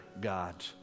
God